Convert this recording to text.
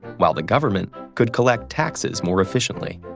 while the government could collect taxes more efficiently.